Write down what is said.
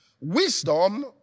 wisdom